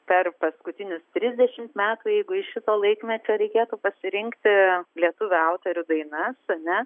per paskutinius trisdešimt metų jeigu iš šito laikmečio reikėtų pasirinkti lietuvių autorių daina sonia